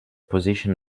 position